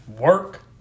work